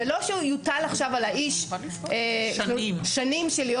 זה לא שיוטל עכשיו על האיש שנים של להיות